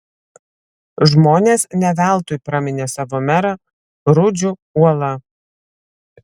žmonės ne veltui praminė savo merą rudžiu uola